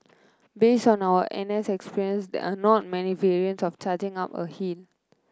based on our N S experience there are not many variants of charging up a hill